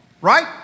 right